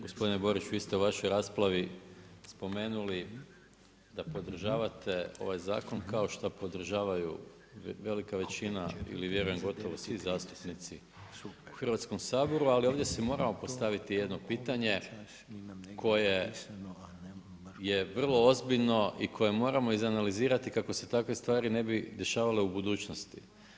Gospodine Borić, vi ste u vašoj raspravi spomenuli da podržavate ovaj zakon, kao što podržavaju velika većina ili vjerujem gotovo svi zastupnici u Hrvatskom saboru, ali ovdje si moramo postaviti jedno pitanje, koje je vrlo ozbiljno i koje moramo izanalizirati kako se takve stvari ne bi dešavale u budućnosti.